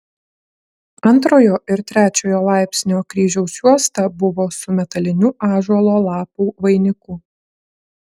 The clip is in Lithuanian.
antrojo ir trečiojo laipsnio kryžiaus juosta buvo su metaliniu ąžuolo lapų vainiku